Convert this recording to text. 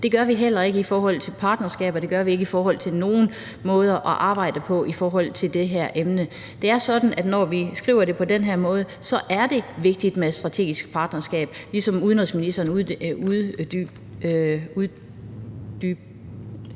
Det gør vi heller ikke i forhold til partnerskaber, det gør vi heller ikke i forhold til nogen måder at arbejde på, hvad angår det her emne. Det er sådan, at når vi skriver det på den her måde, så er det vigtigt med et strategisk partnerskab, ligesom udenrigsministeren uddybede